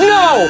no